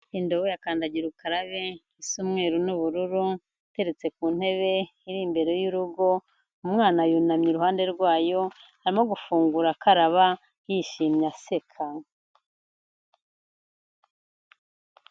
Indobo ya kandagirukarabe isa umweru n'ubururu, iteretse ku ntebe, iri imbere y'urugo, umwana yunamye iruhande rwayo, arimo gufungura akaraba, yishimye aseka.